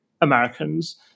Americans